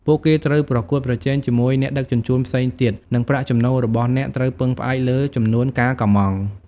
ពួកគេត្រូវប្រកួតប្រជែងជាមួយអ្នកដឹកជញ្ជូនផ្សេងទៀត និងប្រាក់ចំណូលរបស់អ្នកត្រូវពឹងផ្អែកលើចំនួនការកម្ម៉ង់។